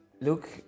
Look